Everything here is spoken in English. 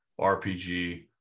rpg